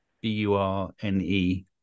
B-U-R-N-E